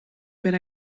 per